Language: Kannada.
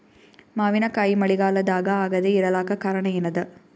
ಮಾವಿನಕಾಯಿ ಮಳಿಗಾಲದಾಗ ಆಗದೆ ಇರಲಾಕ ಕಾರಣ ಏನದ?